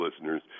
listeners